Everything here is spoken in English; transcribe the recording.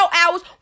hours